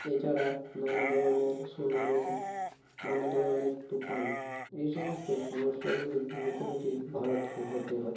এছাড়া নানা ধরনের সুনামি নানা ধরনের তুফান এই সমস্ত সমস্যাগুলির মুখোমুখি ভারতকে হতে হয়